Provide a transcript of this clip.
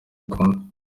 bikunze